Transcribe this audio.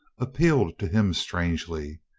appealed to him strangely.